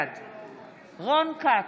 בעד רון כץ,